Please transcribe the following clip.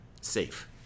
safe